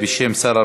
בשם שר העבודה,